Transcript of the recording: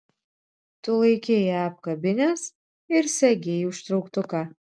tu laikei ją apkabinęs ir segei užtrauktuką